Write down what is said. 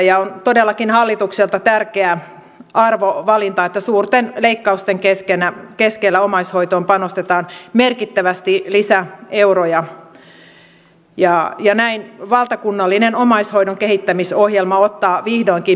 on todellakin hallitukselta tärkeä arvovalinta että suurten leikkausten keskellä omaishoitoon panostetaan merkittävästi lisäeuroja ja näin valtakunnallinen omaishoidon kehittämisohjelma ottaa vihdoinkin merkittävän askeleen eteenpäin